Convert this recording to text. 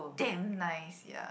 damn nice sia